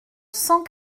cent